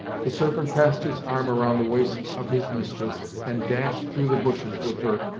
the serpent passed his arm round the waist of his mistress and dashed through the bushes with her,